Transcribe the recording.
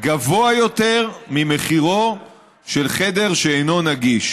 גבוה יותר ממחירו של חדר שאינו נגיש,